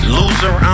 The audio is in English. loser